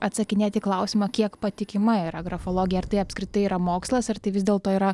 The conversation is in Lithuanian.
atsakinėti į klausimą kiek patikima yra grafologija ar tai apskritai yra mokslas ar tai vis dėlto yra